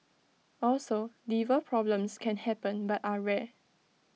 also liver problems can happen but are rare